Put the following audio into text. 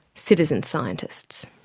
citizen scientists.